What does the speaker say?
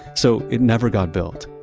so it never got built.